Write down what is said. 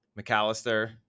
McAllister